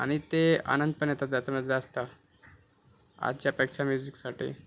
आणि ते आनंद पण येतो त्याच्यामध्ये जास्त आजच्या पेक्षा म्युझिकसाठी